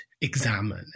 examine